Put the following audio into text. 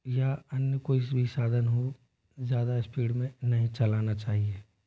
या अन्य कोई सी भी साधन हो ज़्यादा स्पीड में नहीं चलाना चाहिए